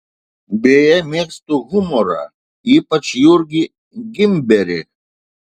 beje mėgstu humorą ypač jurgį gimberį